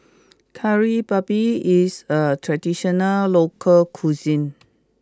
Kari Babi is a traditional local cuisine